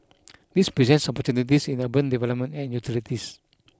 this presents opportunities in urban development and utilities